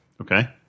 Okay